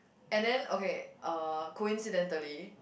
and then okay uh coincidentally